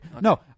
No